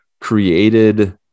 created